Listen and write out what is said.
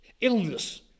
Illness